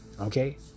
okay